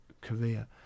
career